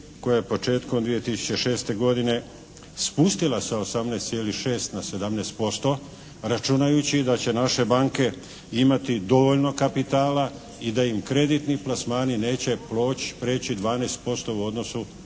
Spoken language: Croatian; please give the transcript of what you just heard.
koja je početkom 2006. godine spustila sa 18,6 na 17% računajući da će naše banke imati dovoljno kapitala i da im kreditni plasmani neće preći 12% u odnosu